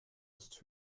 ist